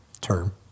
term